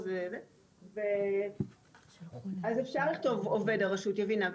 אז אפשר לכתוב "עובד הרשות", יבינה.